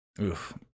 Oof